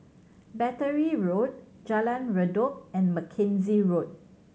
Battery Road Jalan Redop and Mackenzie Road